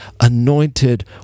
anointed